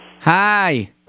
Hi